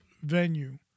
venue